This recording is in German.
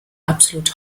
absolut